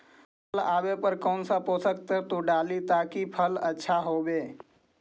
फल आबे पर कौन पोषक तत्ब डाली ताकि फल आछा होबे?